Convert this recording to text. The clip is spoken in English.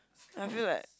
I feel like